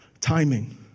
Timing